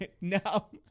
no